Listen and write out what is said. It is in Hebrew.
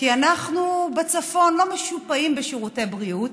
כי אנחנו בצפון לא משופעים בשירותי בריאות.